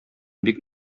бик